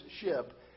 ship